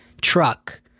truck